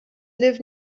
live